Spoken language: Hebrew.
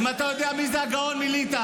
אם אתה יודע מי זה הגאון מליטא.